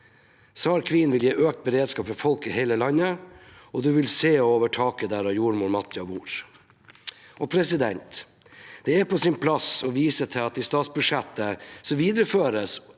SAR Queen vil gi økt beredskap for folk i hele landet, og du vil «se a over taket der a jordmor Matja bor». Det er på sin plass å vise til at statsbudsjettet viderefører